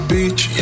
Beach